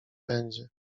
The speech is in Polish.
będzie